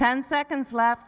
ten seconds left